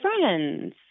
friends